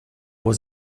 was